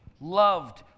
loved